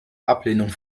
ablehnung